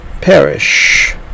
perish